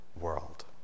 world